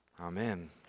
Amen